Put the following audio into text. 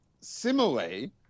similarly